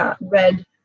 red